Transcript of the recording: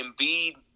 Embiid